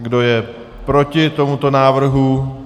Kdo je proti tomuto návrhu?